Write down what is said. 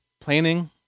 planning